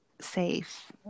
safe